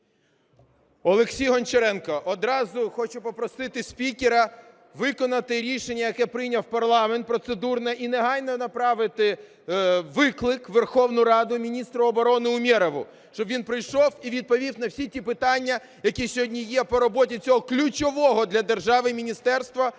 Олексій Гончаренко. Одразу хочу попросити спікера виконати рішення, яке прийняв парламент процедурне, і негайно направити виклик у Верховну Раду міністра оборони Умєрова, щоби він прийшов і відповів на всі ті питання, які сьогодні є по роботі цього ключового для держави міністерства,